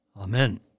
Amen